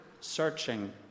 searching